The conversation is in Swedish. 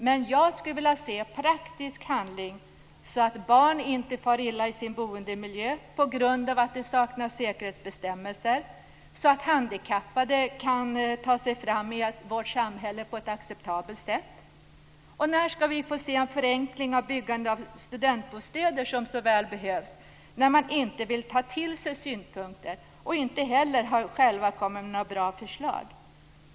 Men jag vill se praktisk handling, så att barn inte far illa i sin boendemiljö på grund av att det saknas säkerhetsbestämmelser, så att handikappade kan ta sig fram i vårt samhälle på ett acceptabelt sätt. När skall vi få se en förenkling av byggande av studentbostäder, när man inte vill ta till sig synpunkter och inte heller själv har kommit med något bra förslag?